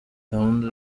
gahunda